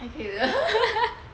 还可以的